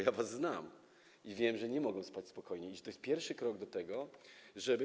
Ja was znam i wiem, że nie mogą spać spokojnie, że to jest pierwszy krok do tego, żeby.